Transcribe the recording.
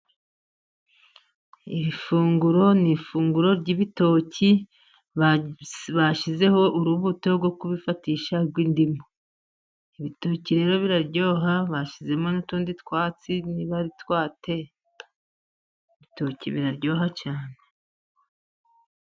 Iri funguro ni ifunguro ry'ibitoki bashyizeho urubuto rwo kubifatisha rw'indimu. Ibitoki rero biraryoha, bashyizemo n'utundi twatsi, niba ari twa te, ibitoki biraryoha cyane.